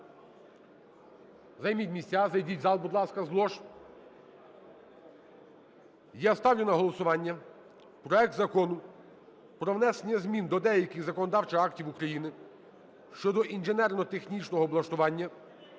Займіть місця, зайдіть в зал, будь ласка, з лож. Я ставлю на голосування проект Закону про внесення змін до деяких законодавчих актів України щодо інженерно-технічного облаштування